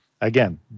again